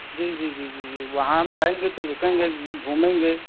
جی جی جی جی جی وہاں ہم جائیں گے تو رُکیں گے گھومیں گے